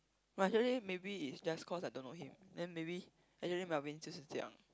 no actually maybe is just cause I don't know him then maybe actually